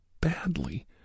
badly